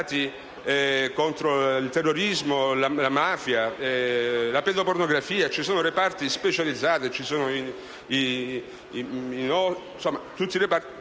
contro il terrorismo, la mafia, la pedopornografia ci sono reparti specializzati, per